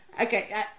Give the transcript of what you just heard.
Okay